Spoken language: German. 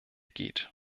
geht